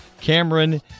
Cameron